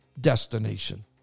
destination